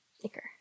thicker